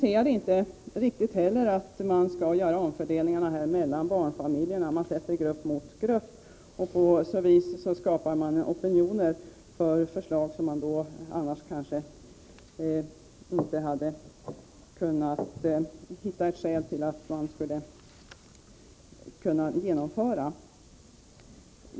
Sedan anser jag inte heller att man skall göra dessa omfördelningar mellan barnfamiljerna; man ställer grupp mot grupp. På så sätt skapar man opinioner för förslag, som man annars kanske inte hade kunnat genomföra.